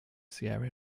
sierra